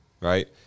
right